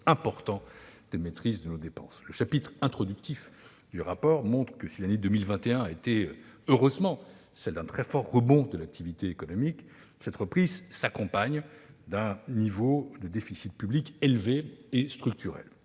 importants de maîtrise de nos dépenses. Le chapitre introductif du rapport public annuel montre que, si l'année 2021 a été celle d'un très fort rebond de l'activité économique, cette reprise s'accompagne d'un déficit public élevé et structurel.